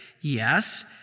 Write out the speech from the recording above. Yes